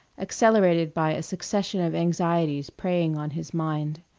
accelerated by a succession of anxieties preying on his mind.